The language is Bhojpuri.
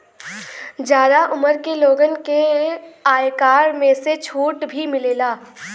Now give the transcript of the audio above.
जादा उमर के लोगन के आयकर में से छुट भी मिलला